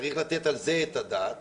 צריך לתת על זה את הדעת